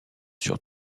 sur